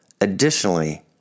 Additionally